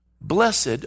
Blessed